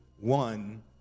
one